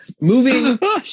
Moving